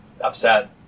upset